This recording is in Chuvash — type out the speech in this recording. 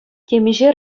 темиҫе